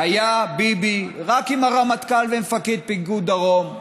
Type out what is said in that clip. היה ביבי רק עם הרמטכ"ל ומפקד פיקוד דרום,